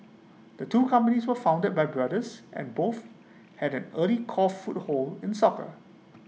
the two companies were founded by brothers and both had an early core foothold in soccer